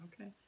Okay